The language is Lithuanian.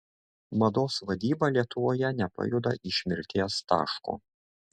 mados vadyba lietuvoje nepajuda iš mirties taško